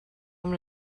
amb